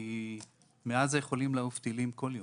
כי מעזה יכולים לעוף טילים בכל יום.